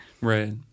Right